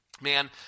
Man